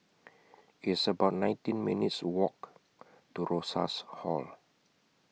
It's about nineteen minutes' Walk to Rosas Hall